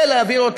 ולהעביר אותו